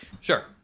Sure